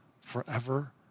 forever